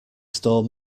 store